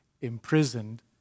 imprisoned